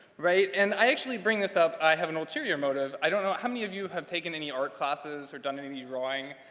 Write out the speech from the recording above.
right? and i actually bring this up, i have an ulterior motive. i don't know, how many of you have taken any art classes or done any any drawing?